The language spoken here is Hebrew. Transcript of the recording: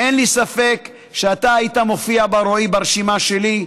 אין לי ספק שאתה, רועי, היית מופיע ברשימה שלי.